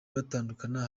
batandukana